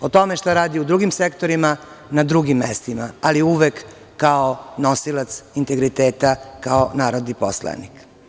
O tome šta radi u drugim sektorima – na drugim mestima, ali uvek kao nosilac integriteta, kao narodni poslanik.